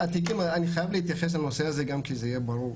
אני חייב להתייחס לנושא הזה גם כדי שיהיה ברור,